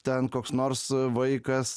ten koks nors vaikas